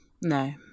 No